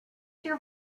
your